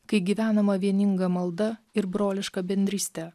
kai gyvenama vieninga malda ir broliška bendryste